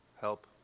help